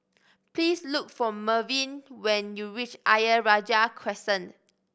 please look for Melvyn when you reach Ayer Rajah Crescent